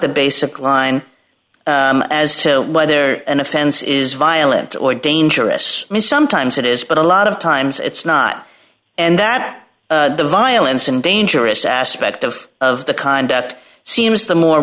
the basic line as to whether an offense is violent or dangerous and sometimes it is but a lot of times it's not and that the violence and dangerous aspect of of the conduct seems the more